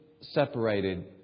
separated